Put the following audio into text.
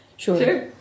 Sure